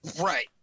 Right